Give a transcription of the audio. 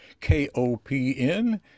KOPN